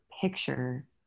picture